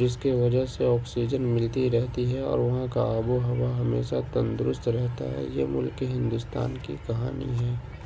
جس کی وجہ سے آکسیجن ملتی رہتی ہے اور وہاں کا آب و ہوا ہمیشہ تندرست رہتا ہے یہ ملک ہندوستان کی کہانی ہے